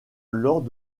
lors